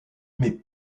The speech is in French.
mais